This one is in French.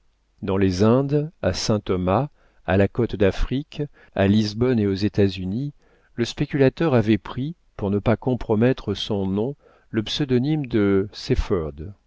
dans les indes à saint-thomas à la côte d'afrique à lisbonne et aux états-unis le spéculateur avait pris pour ne pas compromettre son nom le pseudonyme de